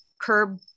curb